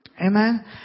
Amen